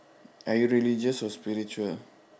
are you religious or spiritual